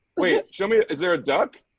wait, show me is there a duck?